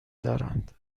دارند